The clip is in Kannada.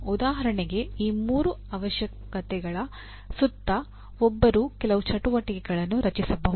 ಉದಾಹರಣೆಗೆ ಈ ಮೂರು ಅವಶ್ಯಕತೆಗಳ ಸುತ್ತ ಒಬ್ಬರು ಕೆಲವು ಚಟುವಟಿಕೆಗಳನ್ನು ರಚಿಸಬಹುದು